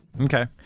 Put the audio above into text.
Okay